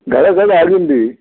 घरां घरां आडून दी